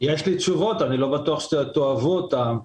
יש לי תשובות, לא בטוח שתאהבו אותם.